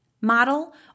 model